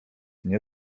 nie